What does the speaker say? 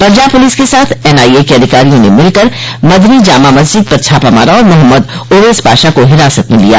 Punjab police के साथ NIA के अधिकारियों ने मिलकर मधनी जामा मस्जिद पर छापा मारा और मोहम्मद ओवेस पाशा को हिरासत में लिया